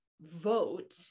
vote